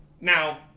Now